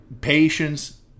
patience